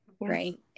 right